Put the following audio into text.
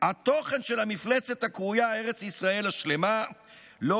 "התוכן של המפלצת הקרויה 'ארץ ישראל השלמה' לא